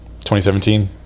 2017